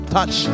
Touch